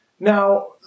Now